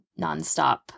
nonstop